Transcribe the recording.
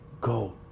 Go